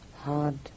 hard